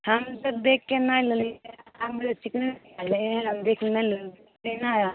हम तऽ देखके नहि लेली हम ने चिकना एहे लए बेसी नहि लेली